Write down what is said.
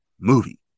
movie